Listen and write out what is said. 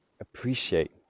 appreciate